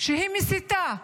שהיא מסיתה.